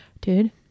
Dude